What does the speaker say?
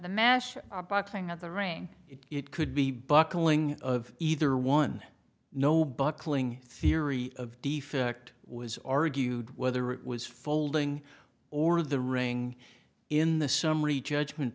master boxing of the ring it could be buckling of either one no buckling theory of defect was argued whether it was folding or the ring in the summary judgment